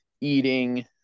eating –